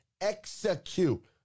execute